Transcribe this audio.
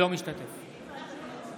אינו משתתף בהצבעה